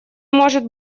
может